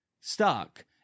stuck